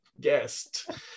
guest